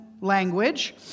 language